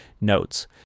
notes